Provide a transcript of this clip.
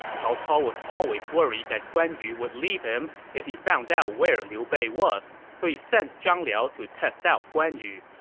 cao cao was always worried that guan yu would leave him if he found out where liu bei was, so he sent zhang liao to test out guan yu.